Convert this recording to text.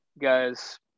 guys